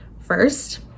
First